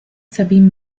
sabine